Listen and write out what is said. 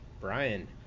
Brian